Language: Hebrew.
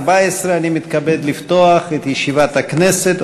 לפתוח את ישיבת הכנסת.